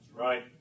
Right